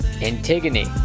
Antigone